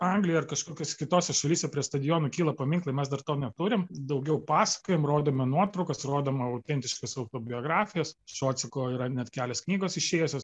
anglijoj ar kažkokiose kitose šalyse prie stadionų kyla paminklai mes dar to neturim daugiau pasakojam rodome nuotraukas rodom autentiškas autobiografijas šociko yra net kelios knygos išėjusios